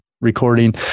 Recording